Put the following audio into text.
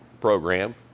program